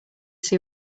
see